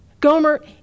Gomer